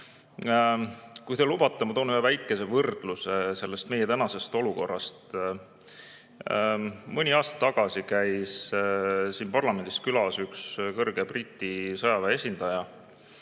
te lubate, siis ma toon ühe väikese võrdluse meie tänase olukorra kohta. Mõni aasta tagasi käis siin parlamendis külas üks kõrge Briti sõjaväe esindaja.